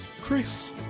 Chris